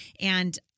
And-